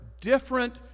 different